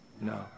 No